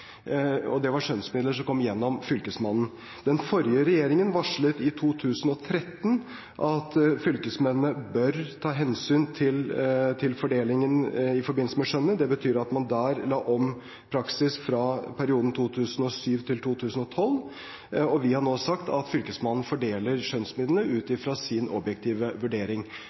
Det var skjønnsmidler som kom gjennom fylkesmannen. Den forrige regjeringen varslet i 2013 at fylkesmennene bør ta hensyn til fordelingen i forbindelse med skjønnet. Det betyr at man der la om praksis i perioden fra 2007 til 2012, og vi har nå sagt at fylkesmannen fordeler skjønnsmidlene ut fra sin objektive vurdering.